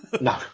No